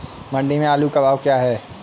मंडी में आलू का भाव क्या है?